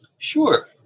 Sure